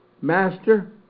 Master